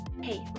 Hey